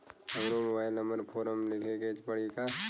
हमरो mobile number form पर लिखे के पड़ी का?